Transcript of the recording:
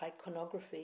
iconography